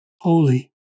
holy